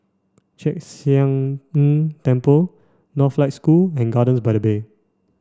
Chek Sian Tng Temple Northlight School and Gardens by the Bay